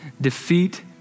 Defeat